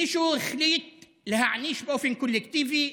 מישהו החליט להעניש באופן קולקטיבי,